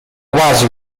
quasi